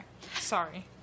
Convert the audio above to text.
Sorry